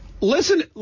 Listen